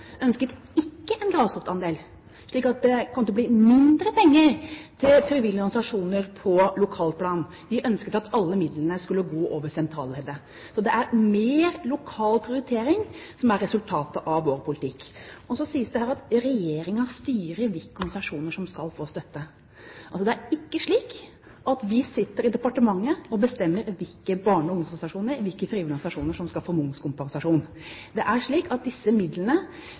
ønsket ikke en grasrotandel, slik at det ville blitt mindre penger til frivillige organisasjoner på lokalplan. De ønsket at alle midlene skulle gå over sentralleddet. Så mer lokal prioritering er resultatet av vår politikk. Så sies det her at regjeringen styrer hvilke organisasjoner som skal få støtte. Det er ikke slik at vi sitter i departementet og bestemmer hvilke barne- og ungdomsorganisasjoner, hvilke frivillige organisasjoner, som skal få momskompensasjon. Det er slik at disse midlene